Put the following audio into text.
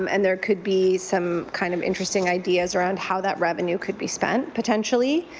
um and there could be some kind of interesting ideas around how that revenue could be spent potentially.